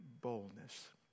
boldness